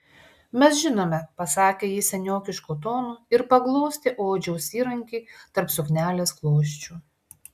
mes žinome pasakė ji seniokišku tonu ir paglostė odžiaus įrankį tarp suknelės klosčių